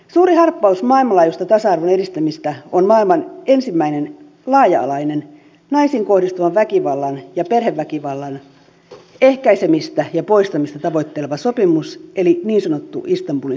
suuri harppaus maailmanlaajuisessa tasa arvon edistämisessä on maailman ensimmäinen laaja alainen naisiin kohdistuvan väkivallan ja perheväkivallan ehkäisemistä ja poistamista tavoitteleva sopimus eli niin sanottu istanbulin sopimus